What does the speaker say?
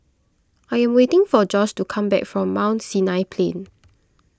I am waiting for Josh to come back from Mount Sinai Plain